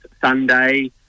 Sunday